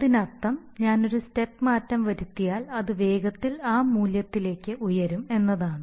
അതിനർത്ഥം ഞാൻ ഒരു സ്റ്റെപ്പ് മാറ്റം വരുത്തിയാൽ അത് വേഗത്തിൽ ആ മൂല്യത്തിലേക്ക് ഉയരും എന്നാണ്